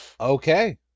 Okay